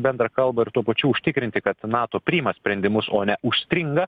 bendrą kalbą ir tuo pačiu užtikrinti kad nato priima sprendimus o ne užstringa